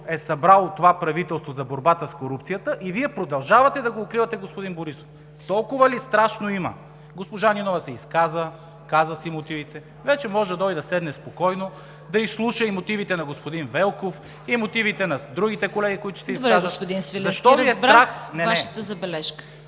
е събрало това правителство за борбата с корупцията?! И Вие продължавате да укривате господин Борисов! Толкова ли страшно има? Госпожа Нинова се изказа, каза си мотивите. Той вече може да дойде и да седне спокойно, да изслуша мотивите и на господин Велков, мотивите и на другите колеги, които ще се изкажат. ПРЕДСЕДАТЕЛ ЦВЕТА